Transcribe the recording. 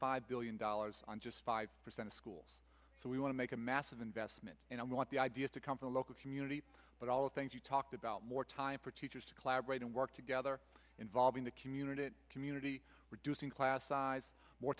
five billion dollars on just five percent of schools so we want to make a massive investment and i want the ideas to come from the local community but all the things you talked about more for teachers to collaborate and work together involving the community in community reducing class size more